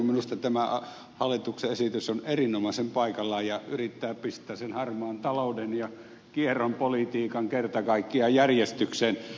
minusta tämä hallituksen esitys on erinomaisen paikallaan ja yrittää pistää sen harmaan talouden ja kieron politiikan kerta kaikkiaan järjestykseen